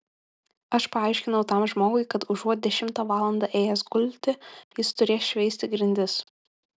aš paaiškinau tam žmogui kad užuot dešimtą valandą ėjęs gulti jis turės šveisti grindis